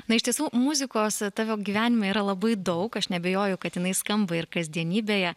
na iš tiesų muzikos tavo gyvenime yra labai daug aš neabejoju kad jinai skamba ir kasdienybėje